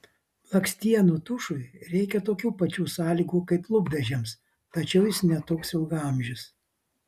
blakstienų tušui reikia tokių pačių sąlygų kaip lūpdažiams tačiau jis ne toks ilgaamžis